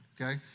okay